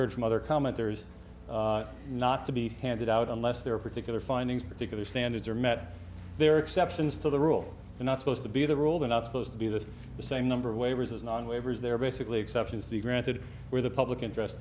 heard from other commenters not to be handed out unless there are particular findings particular standards are met there are exceptions to the rule you're not supposed to be the rule they're not supposed to be the same number of waivers as non waivers they're basically exceptions to be granted where the public interest